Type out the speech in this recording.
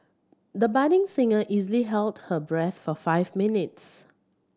the budding singer easily held her breath for five minutes